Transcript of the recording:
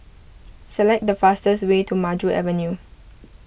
select the fastest way to Maju Avenue